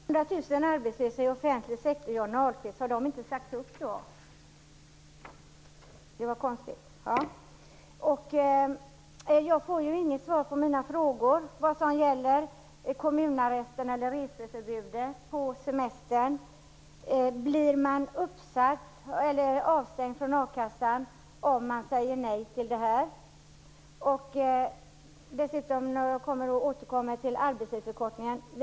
Herr talman! Om det finns 100 000 arbetslösa inom offentlig sektor, Johnny Ahlqvist, har de inte sagts upp? Det var konstigt. Jag får inget svar på mina frågor om kommunarrest och reseförbud på semestern. Blir man avstängd från a-kassan om man säger nej? Jag återkommer dessutom till frågan om arbetstidsförkortningen.